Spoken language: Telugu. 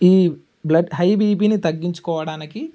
ఈ బ్లడ్ హై బీపీని తగ్గించుకోవడానికి